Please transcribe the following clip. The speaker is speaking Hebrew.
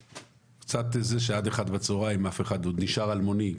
קצת לפני עד 13:00 בצהרים הוא נשאר עוד אלמוני,